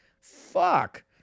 fuck